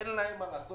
אין להם מה לעשות